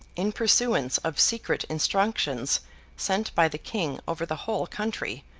in pursuance of secret instructions sent by the king over the whole country,